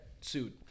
sued